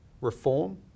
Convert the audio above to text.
reform